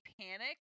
panic